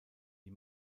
die